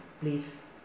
please